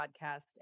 podcast